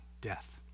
death